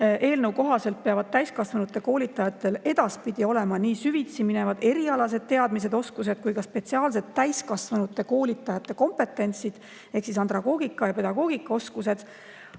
Eelnõu kohaselt peavad täiskasvanute koolitajatel edaspidi olema nii süvitsi minevad erialased teadmised-oskused kui ka spetsiaalsed täiskasvanute koolitajate kompetentsid ehk andragoogika‑ ja pedagoogikaoskused.